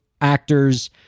actors